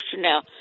now